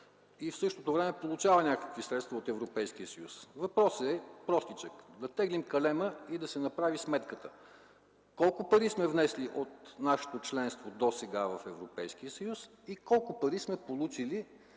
и в същото време получава някакви средства от Европейския съюз. Въпросът е простичък, да теглим калема и да се направи сметката: колко пари сме внесли от нашето членство досега в Европейския съюз и колко пари сме получили